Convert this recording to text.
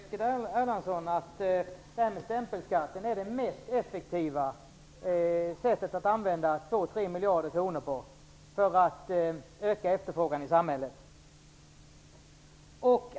Fru talman! Anser Eskil Erlandsson och Centerpartiet att detta med stämpelskatten är det mest effektiva sättet att använda 2-3 miljarder kronor på för att öka efterfrågan i samhället?